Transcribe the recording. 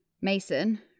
Mason